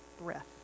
breath